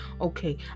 okay